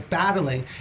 battling